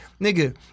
nigga